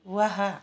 वहाँ